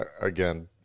again